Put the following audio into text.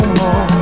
more